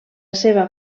seva